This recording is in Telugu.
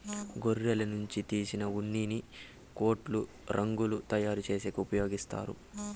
గొర్రెల నుంచి తీసిన ఉన్నిని కోట్లు, రగ్గులు తయారు చేసేకి ఉపయోగిత్తారు